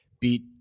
beat